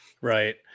right